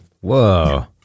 Whoa